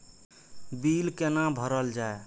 Bill कैना भरल जाय?